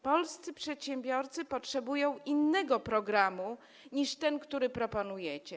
Polscy przedsiębiorcy potrzebują innego programu niż ten, który proponujecie.